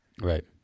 right